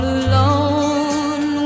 alone